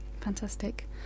Fantastic